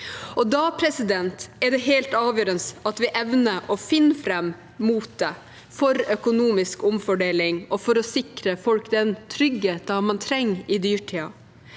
kan mørkne. Da er det helt avgjørende at vi evner å finne fram motet for økonomisk omfordeling og for å sikre folk den tryggheten de trenger i dyrtiden.